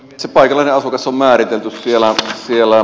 se paikallinen asukas on määritelty siellä